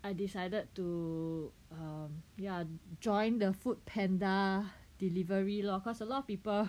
I decided to um ya join 的 Foodpanda delivery lor cause a lot of people